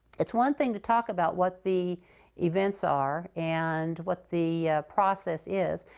it's one thing to talk about what the events are and what the process is.